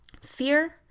Fear